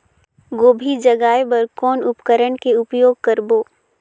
गोभी जगाय बर कौन उपकरण के उपयोग करबो?